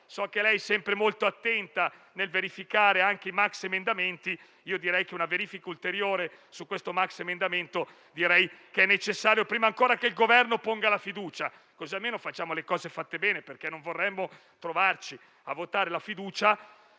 So che lei è sempre molto attenta nel verificare anche i maxiemendamenti, direi che una verifica ulteriore su questo maxiemendamento è necessaria prima ancora che il Governo ponga la fiducia, così almeno facciamo le cose fatte bene, perché non vorremmo trovarci a votare la fiducia